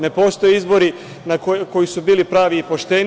Ne postoje izbori koji su bili pravi i pošteni.